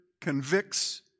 convicts